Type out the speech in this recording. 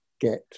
get